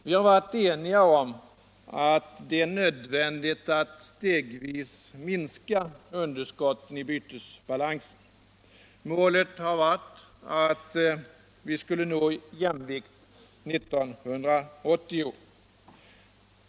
Vi har varit eniga om att stegvis minska underskottet i bytesbalansen. Målet har varit att vi skulle nå jämvikt 1980.